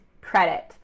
credit